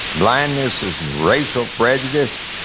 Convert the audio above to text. blindness of racial prejudice,